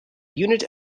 unit